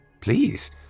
Please